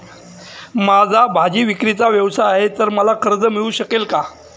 माझा भाजीविक्रीचा व्यवसाय आहे तर मला कर्ज मिळू शकेल का?